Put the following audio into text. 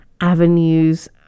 avenues